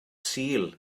sul